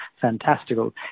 fantastical